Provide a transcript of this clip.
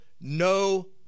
no